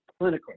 Clinically